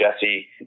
Jesse